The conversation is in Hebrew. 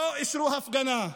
שלא אישרו הפגנה,